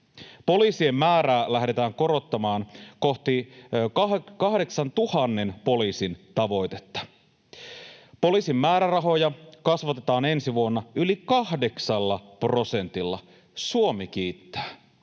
Poliisien määrää lähdetään korottamaan kohti 8 000 poliisin tavoitetta. Poliisin määrärahoja kasvatetaan ensi vuonna yli kahdeksalla prosentilla. Suomi kiittää,